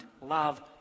love